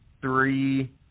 three